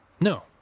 No